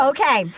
Okay